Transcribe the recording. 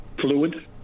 fluid